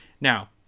now